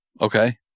Okay